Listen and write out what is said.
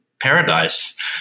paradise